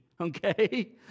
okay